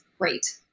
great